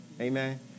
Amen